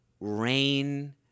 rain